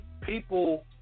people